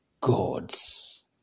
gods